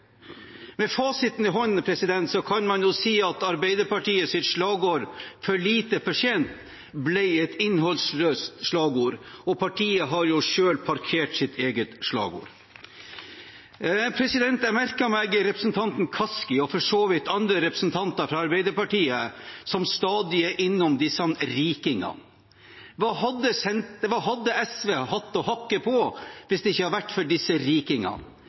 Med fasiten i hånden kan man si at Arbeiderpartiets slagord «for lite, for sent» ble et innholdsløst slagord, og partiet har jo selv parkert sitt eget slagord. Jeg merker meg at representanten Kaski, og for så vidt representanter fra Arbeiderpartiet, stadig er innom disse rikingene. Hva hadde SV hatt å hakke på hvis det ikke hadde vært for